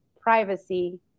privacy